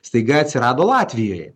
staiga atsirado latvijoje